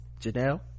Janelle